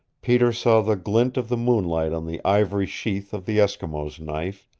peter saw the glint of the moonlight on the ivory sheath of the eskimo knife,